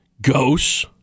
Ghosts